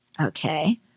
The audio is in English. Okay